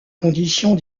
conditions